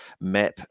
map